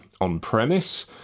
on-premise